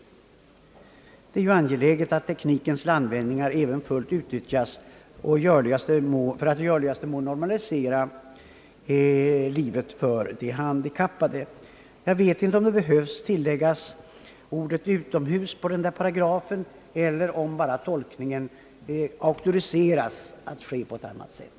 Det är angeläget att teknikens landvinningar även fullt utnyttjas för att i görligaste mån normalisera livet för de handikappade. Jag vet inte om det behövs att man tillägger ordet »utomhus» i denna paragraf eller om bara tolkningen auktoriseras att ske på ett annat sätt.